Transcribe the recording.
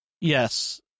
Yes